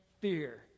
fear